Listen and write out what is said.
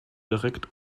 direkt